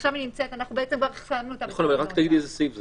ועכשיו היא נמצאת -- -אנחנו בעצם --- איזה סעיף זה?